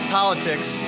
politics